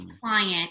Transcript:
client